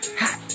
hot